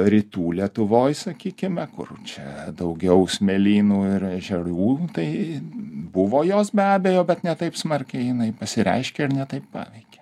rytų lietuvoj sakykime kur čia daugiau smėlynų ir ežerų tai buvo jos be abejo bet ne taip smarkiai jinai pasireiškė ir ne taip paveikė